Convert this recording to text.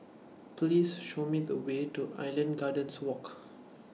Please Show Me The Way to Island Gardens Walk